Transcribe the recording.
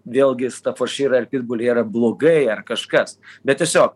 vėlgi stafoširai ar pitbuliai jie yra blogai ar kažkas bet tiesiog